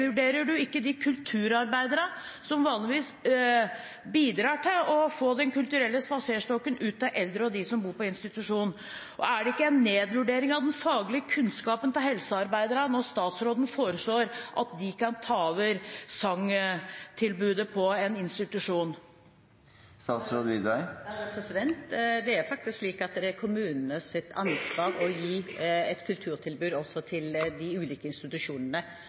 ikke de kulturarbeiderne som vanligvis bidrar til å få Den kulturelle spaserstokken ut til eldre og til dem som bor på institusjon? Er det ikke en nedvurdering av den faglige kunnskapen til helsearbeiderne når statsråden foreslår at de kan ta over sangtilbudet på en institusjon? Det er faktisk slik at det er kommunenes ansvar å gi et kulturtilbud også til de ulike institusjonene.